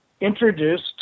introduced